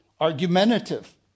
argumentative